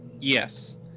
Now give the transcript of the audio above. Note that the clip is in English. Yes